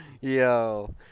Yo